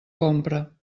compra